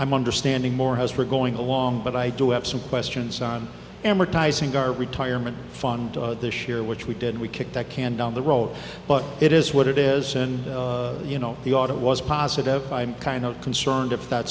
i'm understanding more has her going along but i do have some questions on amortizing our retirement fund this year which we did we kicked that can down the road but it is what it is and you know the audit was positive i'm kind of concerned if that